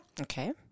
Okay